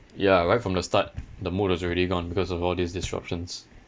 ya right from the start the mood was already gone because of all these disruptions